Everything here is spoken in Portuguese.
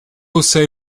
usei